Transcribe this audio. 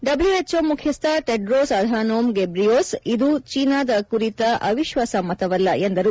WHO ಮುಖ್ಯಸ್ಥ Tedros Adhanom Ghebreyesus ಇದು ಚೀನಾದ ಕುರಿತ ಅವಿಶ್ವಾಸ ಮತವಲ್ಲ ಎಂದರು